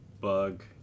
bug